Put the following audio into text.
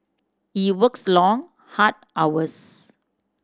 he works long hard hours